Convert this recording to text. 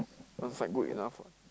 one side good enough ah